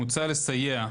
מוצע לסייע,